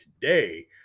today